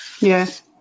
yes